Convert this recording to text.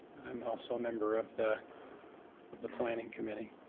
i'm also a member of the of the planning committee.